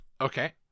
Okay